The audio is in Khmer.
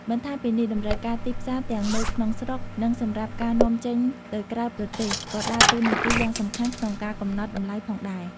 បន្ថែមពីនេះ តម្រូវការទីផ្សារ ទាំងនៅក្នុងស្រុក និងសម្រាប់ការនាំចេញទៅក្រៅប្រទេស ក៏ដើរតួនាទីយ៉ាងសំខាន់ក្នុងការកំណត់តម្លៃផងដែរ។